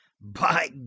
By